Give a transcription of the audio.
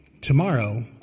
Tomorrow